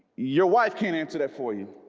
your wife can't answer that for you